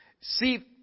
See